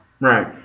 Right